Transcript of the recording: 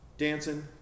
dancing